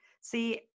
see